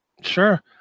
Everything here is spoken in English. Sure